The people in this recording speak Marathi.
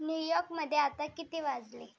न्यूयॉर्कमध्ये आता किती वाजले